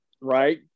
right